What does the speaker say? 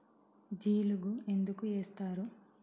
జిలుగు ఎందుకు ఏస్తరు?